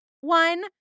one